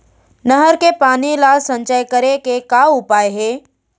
नहर के पानी ला संचय करे के का उपाय हे?